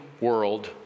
world